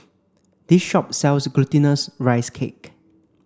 this shop sells glutinous rice cake